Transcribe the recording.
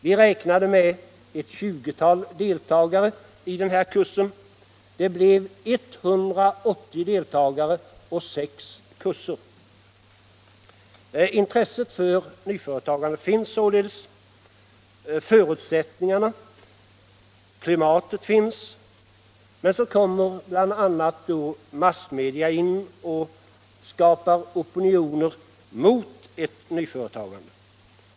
Vi räknade med ett tjugotal deltagare i denna kurs. Det blev 180 deltagare och sex kurser! Intresset för nyföretagande finns således. Förutsättningarna och det rätta klimatet finns, men så kommer bl.a. massmedia in och skapar opinoner mot ett nyföretagande.